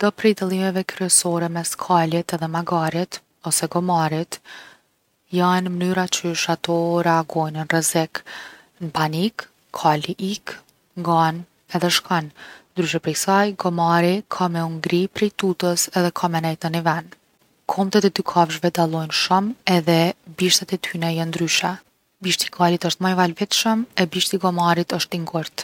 Do prej dallimeve kryesore mes kalit edhe magarit, ose gomarit, jon mnyra qysh ato reagojn’ n’rrezik. N’panik kali ik, ngan edhe shkon, ndryshe prej ksaj gomari ka me u ngri prej tutës edhe ka me nejt në ni ven. Komt e te dy kafshve dallojn’ shum’ edhe bishtat e tyne jon ndryshe. Bishti i kalit osht ma i valvitshëm e bishti i gomarit osht i ngurtë.